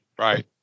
Right